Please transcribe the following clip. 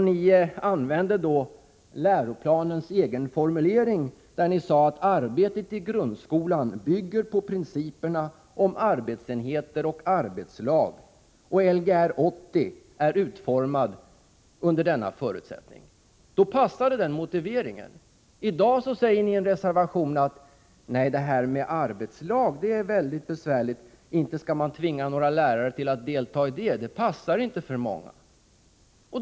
Ni använde då läroplanens egen formulering och sade att arbetet i grundskolan bygger på principerna om arbetsenheter och arbetslag, och Lgr 80 är utformad med utgångspunkt i denna förutsättning. Då passade den motiveringen. I dag säger ni i reservationen på denna punkt, att det här med arbetslag är väldigt besvärligt — inte skall man tvinga några lärare att delta i sådant, för det finns många som det inte passar för.